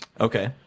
Okay